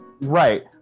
Right